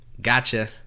gotcha